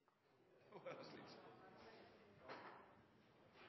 håper